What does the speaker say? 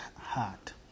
heart